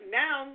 now